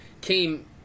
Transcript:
came